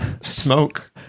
Smoke